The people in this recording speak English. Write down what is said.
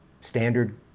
standard